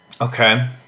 Okay